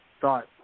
thought